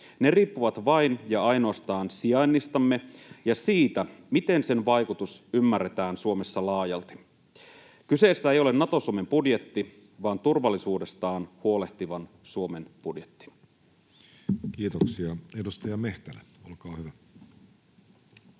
Ne riippuvat vain ja ainoastaan sijainnistamme ja siitä, miten sen vaikutus ymmärretään Suomessa laajalti. Kyseessä ei ole Nato-Suomen budjetti, vaan turvallisuudestaan huolehtivan Suomen budjetti. Kiitoksia. — Edustaja Mehtälä, olkaa hyvä.